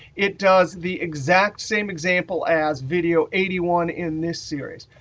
it does the exact same example as video eighty one in this series.